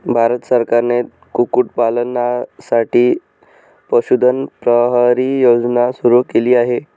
भारत सरकारने कुक्कुटपालनासाठी पशुधन प्रहरी योजना सुरू केली आहे